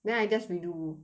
then I just redo